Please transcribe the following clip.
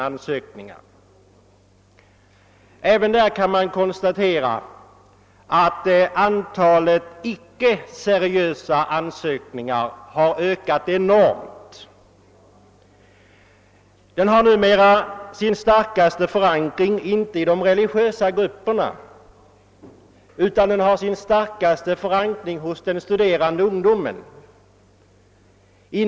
Man kan vidare konstatera att antalet icke seriösa ansökningar har ökat enormt. Den vapenfria tjänsten har numera sin starkaste förankring inte i de religiösa grupperna utan hos den studerande ungdomen.